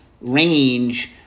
range